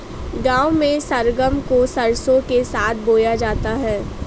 गांव में सरगम को सरसों के साथ बोया जाता है